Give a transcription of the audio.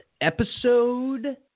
episode